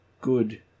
good